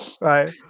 Right